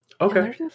Okay